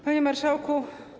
Panie Marszałku!